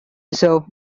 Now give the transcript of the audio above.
reserve